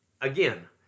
again